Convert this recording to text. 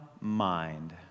mind